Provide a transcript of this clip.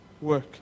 work